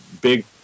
Big